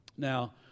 Now